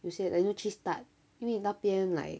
有些 like you know cheese tart 因为那边 like